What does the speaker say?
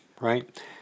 right